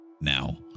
now